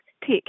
pick